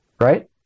Right